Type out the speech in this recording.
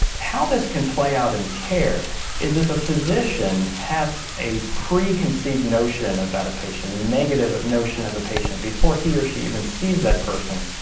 how this can play out in care is if a physician has a preconceived notion about a patient, a negative notion of a patient, before he or she even sees that person,